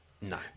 no